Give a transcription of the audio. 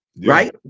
Right